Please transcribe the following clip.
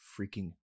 freaking